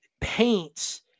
paints